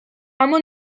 اما